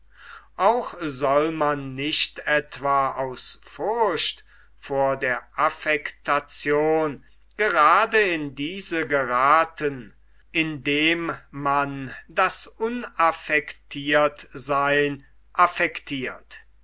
auch soll man nicht etwa aus furcht vor der affektation grade in diese gerathen indem man das unaffektirtseyn affektirt